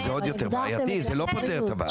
אז זה עוד יותר בעייתי, זה לא פותר את הבעיה.